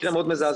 מקרה מאוד מזעזע,